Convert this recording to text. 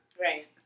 Right